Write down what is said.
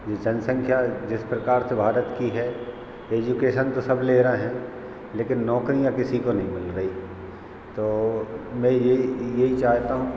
यह जनसंख्या जिस प्रकार से भारत की है एजुकेसन तो सब ले रहे हैं लेकिन नौकरियाँ किसी को नहीं मिल रही तो मैं यह यही चाहता हूँ